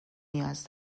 نیاز